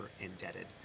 indebted